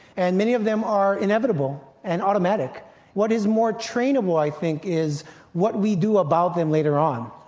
and many of them are inevitable and automatic what is more trainable i think is what we do about them later on.